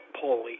pulley